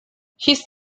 his